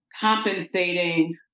compensating